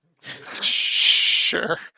Sure